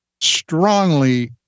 strongly